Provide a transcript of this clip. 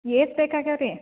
ಏಷ್ಟ್ ಬೇಕಾಗಿವೆ ರೀ